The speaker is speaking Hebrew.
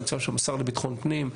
נמצא שם השר לביטחון הפנים,